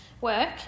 work